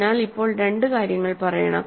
അതിനാൽ ഇപ്പോൾ രണ്ട് കാര്യങ്ങൾ പറയണം